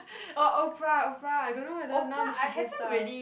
oh Oprah Oprah I don't know whether now did she give stuff